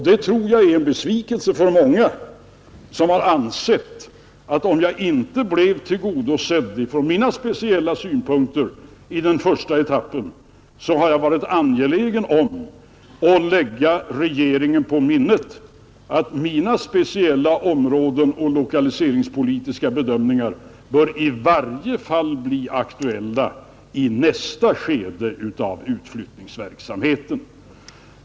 Det tror jag är en besvikelse för många som har ansett att om man inte blir tillgodosedd från sina speciella synpunkter i den första etappen, så har det varit angeläget att lägga regeringen på minnet att dessa speciella områden och lokaliseringspolitiska bedömningar i varje fall bör bli aktuella i nästa skede av utflyttningsverksamheten.